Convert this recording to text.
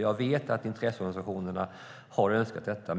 Jag vet att intresseorganisationerna har önskat detta.